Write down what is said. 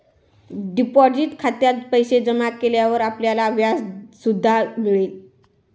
deposit खात्यात पैसे जमा केल्यावर आपल्याला व्याज सुद्धा मिळेल